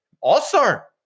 All-star